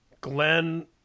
Glenn